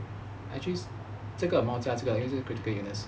actually 这个 amount 加这个就是 critical illness